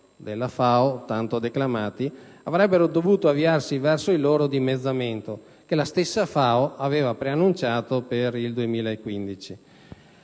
del Millennio della FAO, avrebbero dovuto avviarsi verso il loro dimezzamento, che la stessa FAO aveva eannunciato per il 2015.